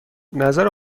نظر